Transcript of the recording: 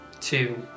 Two